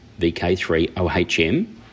VK3OHM